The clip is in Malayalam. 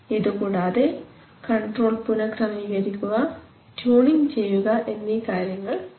ഇതുകൂടാതെ കൺട്രോൾ പുനക്രമീകരിക്കുക ട്യൂണിങ് ചെയ്യുക എന്നീ കാര്യങ്ങൾ ചെയ്യുന്നു